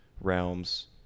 realms